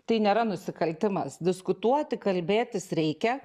tai nėra nusikaltimas diskutuoti kalbėtis reikia